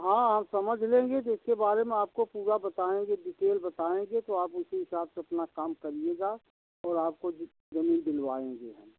हाँ हम समझ लेंगे इसके बारे में आपको पूरा बताएँगे डीटेल बताएँगे तो आप उसी हिसाब से अपना काम करिएगा और आपको ज ज़मीन दिलवाएँगे हम